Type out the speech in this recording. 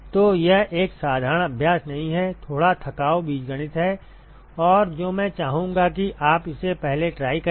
तो यह एक साधारण अभ्यास नहीं है थोड़ा थकाऊ बीजगणित है और जो मैं चाहूंगा की आप इसे पहले ट्राई करें